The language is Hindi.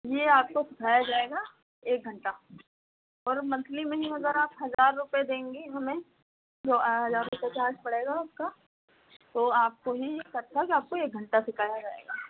जी आपको सिखाया जाएगा एक घंटा और मंथली में ही अगर आप हजार रुपये देंगी हमें हजार रुपये चार्ज पड़ेगा आपका तो आपको ही कथक आपको एक घंटा सिखाया जाएगा